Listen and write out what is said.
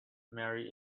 marry